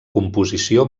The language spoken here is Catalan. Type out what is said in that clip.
composició